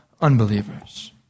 unbelievers